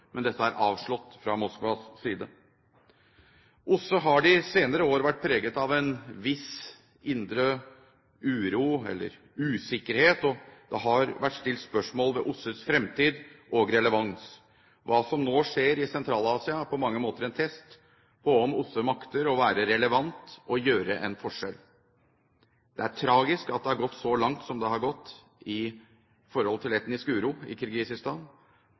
men dette er avslått fra Moskvas side. OSSE har de senere år vært preget av en viss indre uro eller usikkerhet, og det har vært stilt spørsmål ved OSSEs fremtid og relevans. Hva som nå skjer i Sentral-Asia, er på mange måter en test på om OSSE makter å være relevant og å gjøre en forskjell. Det er tragisk at det har gått så langt som det har gått i forhold til etnisk uro i Kirgisistan.